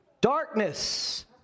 Darkness